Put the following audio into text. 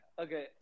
Okay